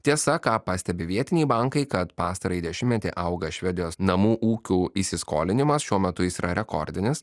tiesa ką pastebi vietiniai bankai kad pastarąjį dešimtmetį auga švedijos namų ūkių įsiskolinimas šiuo metu jis yra rekordinis